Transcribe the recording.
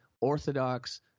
Orthodox